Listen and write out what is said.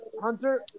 Hunter